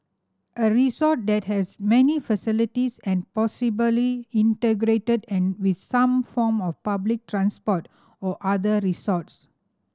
a resort that has many facilities and possibly integrated and with some form of public transport or other resorts